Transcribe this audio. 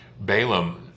Balaam